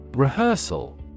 Rehearsal